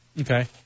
Okay